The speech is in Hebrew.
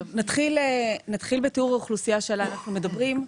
טוב, נתחיל בתיאור האוכלוסייה שעליה אנחנו מדברים.